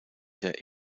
der